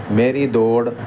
میری دوڑ